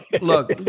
look